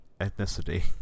ethnicity